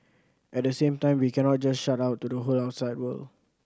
at the same time we cannot just shut out the whole outside world